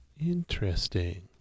Interesting